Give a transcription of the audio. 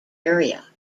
area